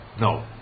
No